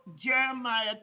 Jeremiah